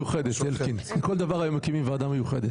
לכל דבר מקימים היום ועדה מיוחדת.